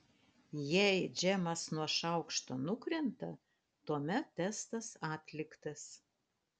jei džemas nuo šaukšto nukrenta tuomet testas atliktas